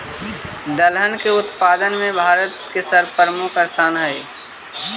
दलहन के उत्पादन में भारत के सर्वप्रमुख स्थान हइ